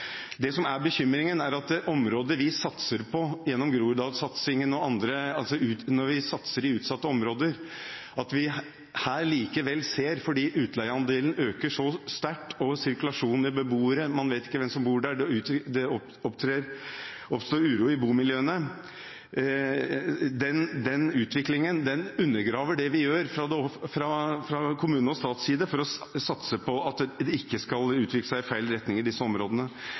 Det som er bekymringen, er at det oppstår uro i bomiljøene i området vi satser på gjennom Groruddal-satsingen og i andre områder – vi satser i utsatte områder – fordi utleieandelen øker så sterkt og sirkulasjonen av beboere gjør at man ikke vet hvem som bor der. Denne utviklingen undergraver det vi gjør fra kommune og stats side for å satse på at det ikke skal utvikle seg i feil retning i disse områdene.